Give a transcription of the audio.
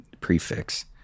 prefix